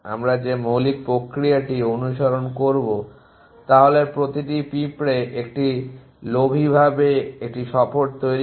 আমরা যে মৌলিক প্রক্রিয়াটি অনুসরণ করব তা হল প্রতিটি পিঁপড়া একটি লোভী ভাবে একটি সফর তৈরি করে